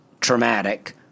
traumatic